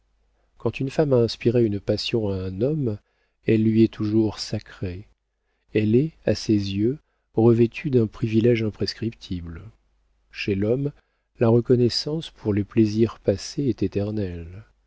quand une femme a inspiré une passion à un homme elle lui est toujours sacrée elle est à ses yeux revêtue d'un privilége imprescriptible chez l'homme la reconnaissance pour les plaisirs passés est éternelle